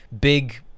big